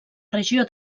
regió